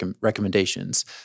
recommendations